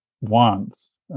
wants